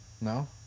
No